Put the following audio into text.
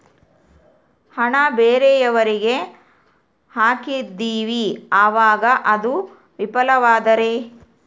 ಹಣ ಬೇರೆಯವರಿಗೆ ಹಾಕಿದಿವಿ ಅವಾಗ ಅದು ವಿಫಲವಾದರೆ?